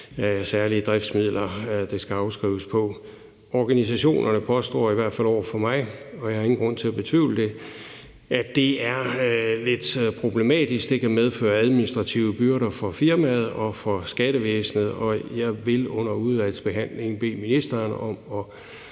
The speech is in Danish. særlige driftsmidler, det skal afskrives på. Organisationerne påstår i hvert fald over for mig, og jeg har ingen grund til at betvivle det, at det er lidt problematisk. Det kan medføre administrative byrder for firmaet og for skattevæsenet, og jeg vil under udvalgsbehandlingen bede ministeren om at